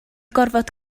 gorfod